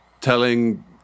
telling